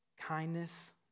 kindness